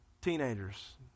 teenagers